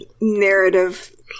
narrative